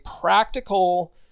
practical